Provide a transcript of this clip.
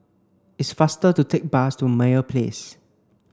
it's faster to take bus to Meyer Place